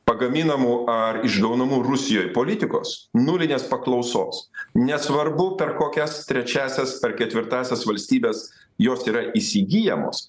pagaminamų ar išgaunamų rusijoj politikos nulinės paklausos nesvarbu per kokias trečiąsias per ketvirtąsias valstybes jos yra įsigyjamos